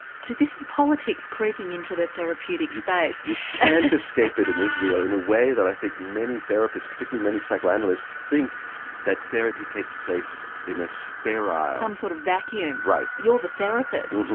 so this is politics creeping into the therapeutic space. you can't escape it in israel in a way that i think many therapists, particularly many psychoanalysts think that therapy takes place in a sterile. some sort of vacuum. right. you're the therapist.